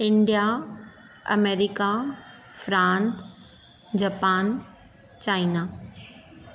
India America France Japan China